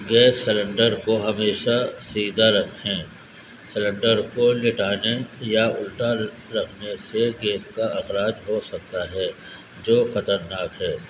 gas cylinder کو ہمیشہ سیدھا رکھیں سلنڈر کو لٹانے یا الٹا رکھنے سے گیس کا اخراج ہو سکتا ہے جو خطرناک ہے